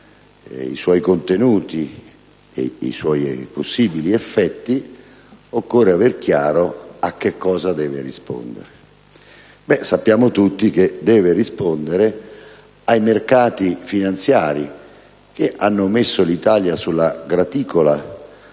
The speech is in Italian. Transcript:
i suoi contenuti ed i suoi possibili effetti occorre avere chiaro a cosa deve rispondere. Sappiamo tutti che essa deve rispondere ai mercati finanziari che hanno messo l'Italia sulla graticola